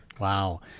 wow